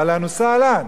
אהלן וסהלן.